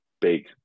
Big